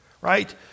Right